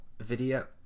Video